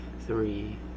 three